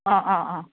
অঁ অঁ অঁ